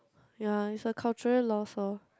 ya is a cultural lost orh